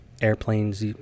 Airplanes